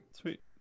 Sweet